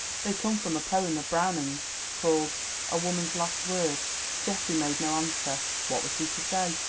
they come from a poem of browning's, called a woman's last word geoffrey made no answer what was he to say?